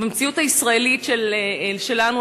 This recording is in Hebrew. במציאות הישראלית שלנו,